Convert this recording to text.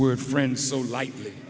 word friend so lightly